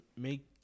make